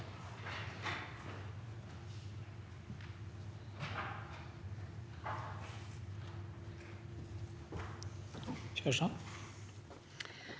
Takk for